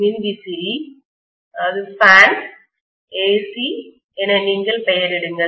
மின்விசிறி fans AC என நீங்கள் பெயரிடுங்கள்